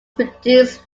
produced